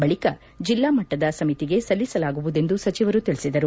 ಬಳಿಕ ಜಿಲ್ಲಾ ಮಟ್ಟದ ಸಮಿತಿಗೆ ಸಲ್ಲಿಸಲಾಗುವುದೆಂದು ಸಚಿವರು ತಿಳಿಸಿದರು